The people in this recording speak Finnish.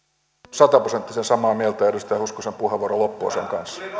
sataprosenttisen samaa mieltä edustaja hoskosen puheenvuoron loppuosan kanssa